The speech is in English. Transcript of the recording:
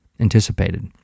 anticipated